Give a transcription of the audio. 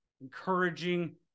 encouraging